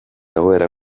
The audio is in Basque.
egoera